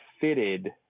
fitted